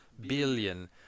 Billion